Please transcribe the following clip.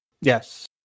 Yes